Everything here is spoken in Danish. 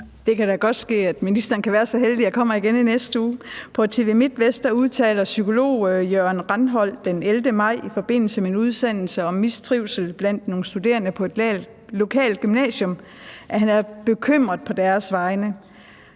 Det kan da godt ske, at ministeren kan være så heldig, at jeg kommer igen i næste uge. På TV MIDTVEST udtalte psykolog Jørgen Rønsholdt den 11. maj i forbindelse med en udsendelse om mistrivsel blandt nogle studerende på et lokalt gymnasium, at han er bekymret på deres vegne.